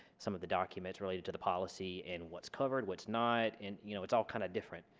some of the documents related to the policy and what's covered what's not and you know it's all kind of different